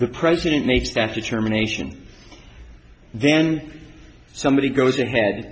the president made staff determination then somebody goes ahead